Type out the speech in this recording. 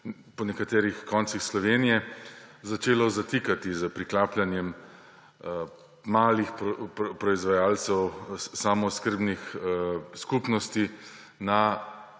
po nekaterih koncih Slovenije začelo zatikati s priklapljanjem malih proizvajalcev samooskrbnih skupnosti na